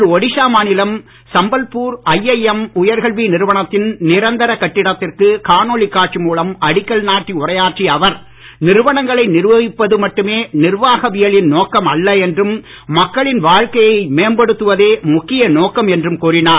இன்று ஒடிஷா மாநிலம் சம்பல்பூர் ஐஎம் உயர்கல்வி நிறுவனத்தின் நிரந்தரக் கட்டிடத்திற்கு காணொளி காட்சி மூலம் அடிக்கல் நாட்டி உரையாற்றிய அவர் நிறுவனங்களை நிர்வகிப்பது மட்டுமே நிர்வாகவியலின் நோக்கம் அல்ல என்றும் மக்களின் வாழ்க்கையை மேம்படுத்துவதே முக்கிய நோக்கம் என்றும் கூறினார்